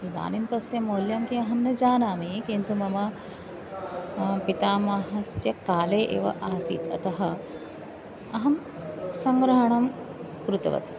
इदानीं तस्य मौल्यं कि अहं न जानामि किन्तु मम पितामहस्य काले एव आसीत् अतः अहं सङ्ग्रहणं कृतवती